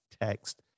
text